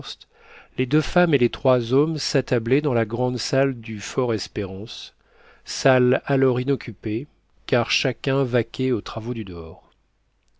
les deux femmes et les trois hommes s'attablaient dans la grande salle du fort espérance salle alors inoccupée car chacun vaquait aux travaux du dehors